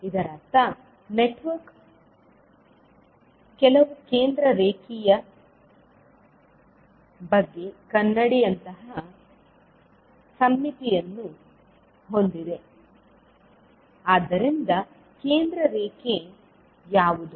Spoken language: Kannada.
ಇದರರ್ಥ ನೆಟ್ವರ್ಕ್ ಕೆಲವು ಕೇಂದ್ರ ರೇಖೆಯ ಬಗ್ಗೆ ಕನ್ನಡಿಯಂತಹ ಸಮ್ಮಿತಿಯನ್ನು ಹೊಂದಿದೆ ಆದ್ದರಿಂದ ಕೇಂದ್ರ ರೇಖೆ ಯಾವುದು